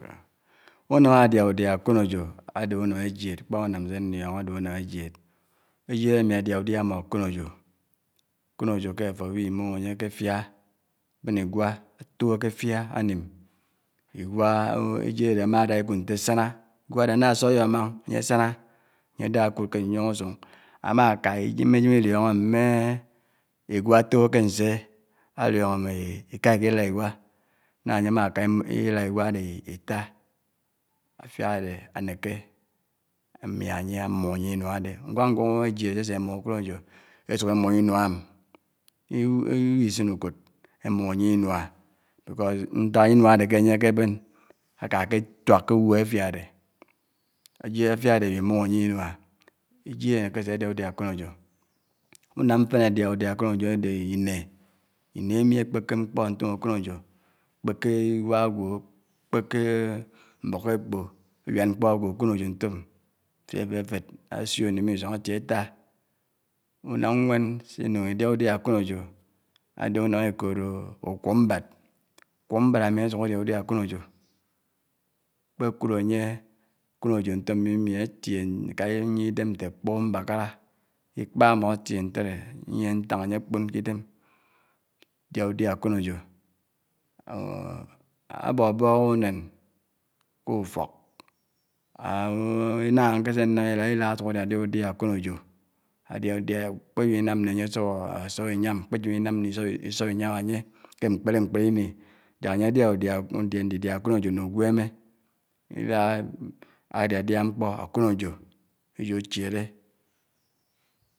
Unám ádiá udiá ákónóyó ádè unám èjièd. Èjièd àmi àdiá udiá ámò ákònòyò, ákònòyò kè àfò bu mu̱m ányé kè áfiá, bèn iwà átòbò kè áfiǹ ánim, iwá, èjièd ádè ámádá ikud ntèdè nte ásáñá, iwá ádé áná ásòi ámá ò ányé ásáña, ányè ádákud kè nyiong usung ámákaa iyèmè yèm iliòngò mè iwà átò ké nsè? Áliòngò mè iká ikidàd iwá, ná ányè ámákàa ké idàd iwá ádè itá áfiá ádé ánèkè ámiá ányè, ámu̱m ányè inuá ádè nwàk nwàk èjièd èsè mu̱m ákònòyò, èsuk èmu̱m inuà’m ibihi sin ukòd, èmum ányè inuá. Nták inuá ádè kè ányè ákè bén àkà aké tuák ké ugwèn áfiá ádè, éjied áfiá ádé ábimu̱m ányè inuá èjièd ánèkè ásè ádiá udiâ ákònòyò. Unám mfén ádiáhà udià ákònòyò ádè inèh, inèh àmi akpèkè mkpò ntòm ákònòyò, ákpèkè iwà ágwò ákpèké mbòkòk ékpò, àbiád mkpò akònòyo ntóm, ásé áfèfède ásiò asim ké isòng átiè taa. Unám nwèn si nung diá udiá àkònòyò àdè unàm èkòtò ukwó mbád, ukwó mbad ámi ásuk ádiá udiá ákonòjo, kpèkud ányè akònòyò ntò mmi mi atiè, àká inie idém nté ékpu mbákárá, Ikpá ámo átiè ntèdè, inièhè ntang, ànyè kpòn kè idèm, ádiá udiá ákònòyò ábóbòng unám ké ufòk ásuk ádiádià udia ákónòyò, ádiá udiá, kpèbi nám nó ánye èsòp ènyàm inàm no ésòp ényám ányé kè nkpade nkpede ini gákànyè diá udiá, ndiá ndidiá akònòyò ŋó ugwème, adidiá mkpó àkonòyò, eyò àchièle.